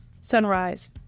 Sunrise